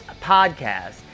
podcast